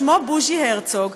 שמו בוז'י הרצוג,